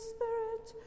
Spirit